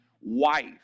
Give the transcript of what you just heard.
wife